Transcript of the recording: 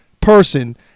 person